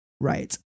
right